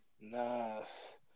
Nice